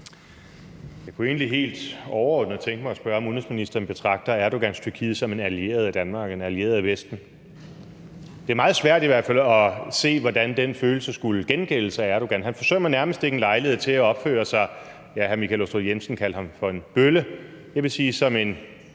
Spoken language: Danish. Jeg kunne egentlig helt overordnet tænke mig at spørge, om udenrigsministeren betragter Erdogans Tyrkiet som en allieret af Danmark, en allieret af Vesten. Det er i hvert fald meget svært at se, hvordan den følelse skulle gengældes af Erdogan. Han forsømmer nærmest ikke en lejlighed til at opføre sig som – hr. Michael Aastrup Jensen kaldte ham for en bølle – en fjende,